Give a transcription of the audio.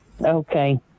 okay